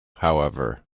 however